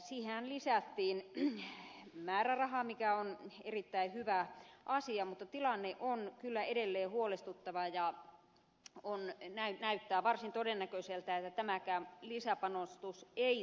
siihenhän lisättiin määräraha mikä on erittäin hyvä asia mutta tilanne on kyllä edelleen huolestuttava ja näyttää varsin todennäköiseltä että tämäkään lisäpanostus ei tule riittämään